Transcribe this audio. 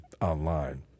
online